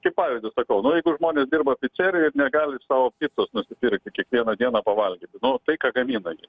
kaip pavyzdį sakau nu jeigu žmonės dirba picerijoj ir negali sau picos nusipirkti kiekvieną dieną pavalgyti nu tai ką gamina jie